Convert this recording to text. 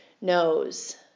knows